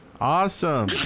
awesome